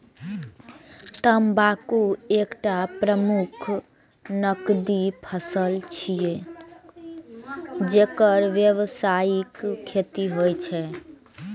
तंबाकू एकटा प्रमुख नकदी फसल छियै, जेकर व्यावसायिक खेती होइ छै